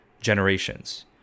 generations